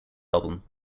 album